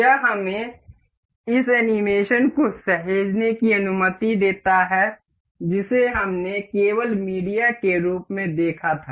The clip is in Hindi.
यह हमें इस एनीमेशन को सहेजने की अनुमति देता है जिसे हमने केवल मीडिया के रूप में देखा था